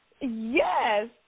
Yes